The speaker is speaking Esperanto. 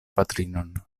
patrinon